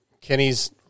Kenny's